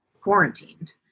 quarantined